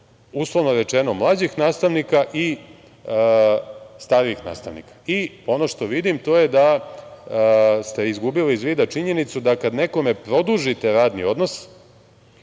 uslovno rečeno mlađih nastavnika i starijih nastavnika. Ono što vidim to je da ste izgubili iz vida činjenicu da kad nekome produžite radni odnos,